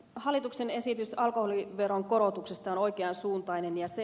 hallituksen esitys alkoholiveron korotuksesta on oikean suuntainen